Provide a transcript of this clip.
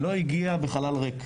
לא הגיע בחלל ריק.